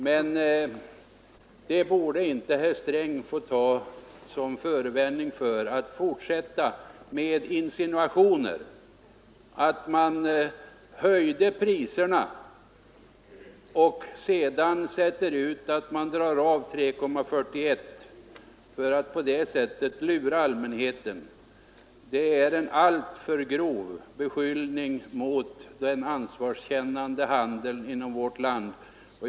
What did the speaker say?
Men det borde inte herr Sträng få ta till förevändning för att fortsätta att insinuera att handeln först höjer priserna och sedan anger att man drar av 3,41 procent i kassan, i avsikt att lura allmänheten. Det är en grov beskyllning mot den ansvarskännande handeln i vårt land.